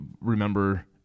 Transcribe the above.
remember